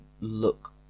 look